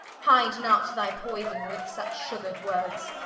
hide not thy poyson with such sugred words,